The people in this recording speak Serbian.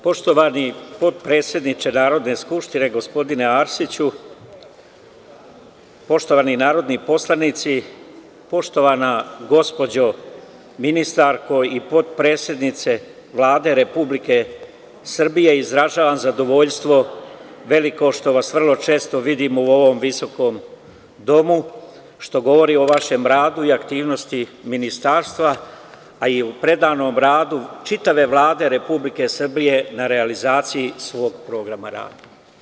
Poštovani potpredsedniče Narodne skupštine, gospodine Arsiću, poštovani narodni poslanici, poštovana gospođo ministarko i potpredsednice Vlade Republike Srbije, izražavan zadovoljstvo veliko što vas često vidimo u ovom visokom domu, što govori o vašem radu i aktivnosti Ministarstva, a i o predanom radu čitave Vlade Republike Srbije na realizaciji svog programa rada.